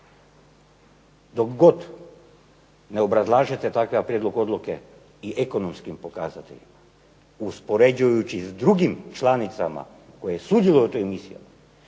Dok god ne obrazlažete takav prijedlog odluke i ekonomskim pokazateljima, uspoređujući s drugim članicama koje sudjeluju u toj misiji,